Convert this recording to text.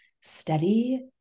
steady